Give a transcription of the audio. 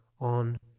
on